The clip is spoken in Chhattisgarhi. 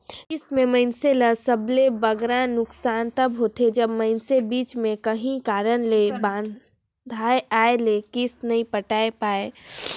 किस्त में मइनसे ल सबले बगरा नोसकान तब होथे जब मइनसे बीच में काहीं कारन ले बांधा आए ले किस्त नी पटाए पाए